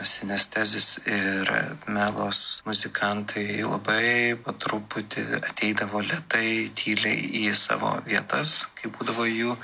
synaesthesis ir melos muzikantai labai po truputį ateidavo lėtai tyliai į savo vietas kai būdavo jų